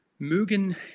mögen